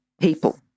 people